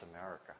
America